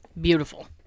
Beautiful